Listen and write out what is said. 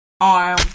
arm